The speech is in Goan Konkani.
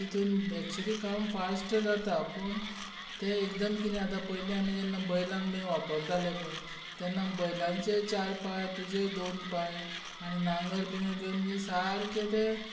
तातूंत एक्चुअली काम फास्ट जाता पूण तें एकदम किदें आतां पयलीं आमी जेन्ना बैलांक बीन वापरताले पळय तेन्ना बैलांचे चार पांय तुजे दोन पांय आनी नांगर बीन घेवन म्हणजे सारके ते